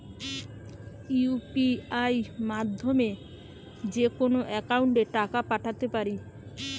UPI মাধ্যমে যেকোনো একাউন্টে টাকা পাঠাতে পারি?